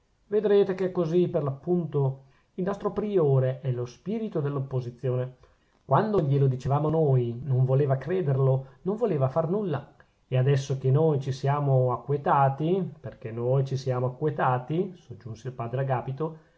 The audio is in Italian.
vedrete che è così per l'appunto il nostro priore è lo spirito dell'opposizione quando glielo dicevamo noi non voleva crederlo non voleva far nulla e adesso che noi ci siamo acquetati perchè noi ci siamo acquetati soggiunse il padre agapito